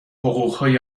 حقوقهای